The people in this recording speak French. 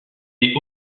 est